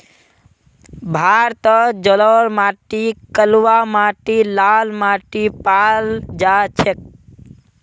भारतत जलोढ़ माटी कलवा माटी लाल माटी पाल जा छेक